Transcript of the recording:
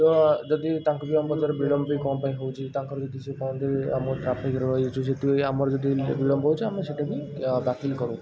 ତ ଯଦି ତାଙ୍କୁ ବି ଆମେ ପଚାରୁ ବିଳମ୍ୱ ବି କ'ଣ ପାଇଁ ହେଉଛି ତାଙ୍କର ଯଦି ସେ କୁହନ୍ତି ଆମର ଟ୍ରାଫିକରେ ରହିଯାଉଛି ସେଥିପାଇଁ ଆମର ଯଦି ବିଳମ୍ୱ ହେଉଛି ଆମେ ସେଇଟାବି ବାତିଲ କରୁ